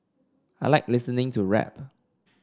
I like listening to rap